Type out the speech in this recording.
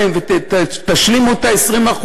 תשלימו את ה-20%,